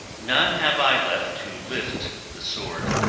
none have i left to lift the sword,